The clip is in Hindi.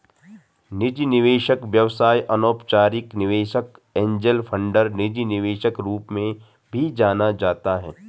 निजी निवेशक व्यवसाय अनौपचारिक निवेशक एंजेल फंडर निजी निवेशक रूप में भी जाना जाता है